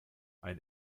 ein